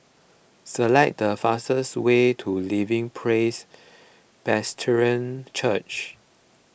select the fastest way to Living Praise Presbyterian Church